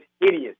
hideous